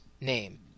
name